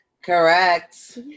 Correct